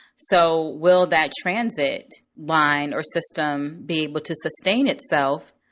so will that transit line or system be able to sustain itself?